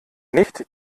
nicht